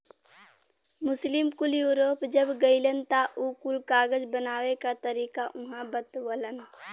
मुस्लिम कुल यूरोप जब गइलन त उ कुल कागज बनावे क तरीका उहाँ बतवलन